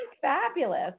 fabulous